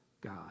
God